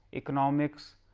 economics.